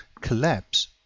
collapse